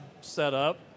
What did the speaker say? setup